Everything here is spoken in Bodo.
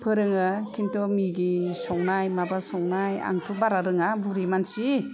फोरोङो खिन्थु मेगि संनाय माबा संनाय आंथ' बारा रोङा बुरि मानसि